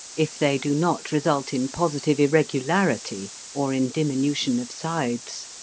if they do not result in positive irregularity or in diminution of sides